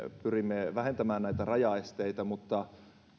pyrimme vähentämään rajaesteitä mutta